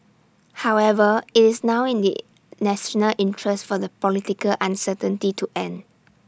however IT is now in the national interest for the political uncertainty to end